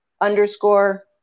underscore